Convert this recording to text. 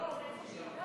לא, איפה שהיא גרה.